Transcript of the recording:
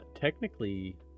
technically